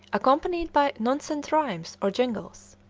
accompanied by nonsense rhymes or jingles.